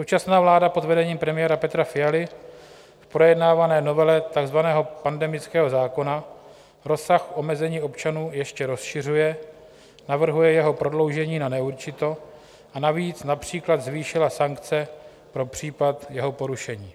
Současná vláda pod vedením premiéra Petra Fialy v projednávané novele takzvaného pandemického zákona rozsah omezení občanů ještě rozšiřuje, navrhuje jeho prodloužení na neurčito, a navíc například zvýšila sankce pro případ jeho porušení.